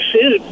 food